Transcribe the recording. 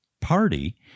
party